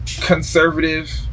conservative